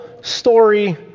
story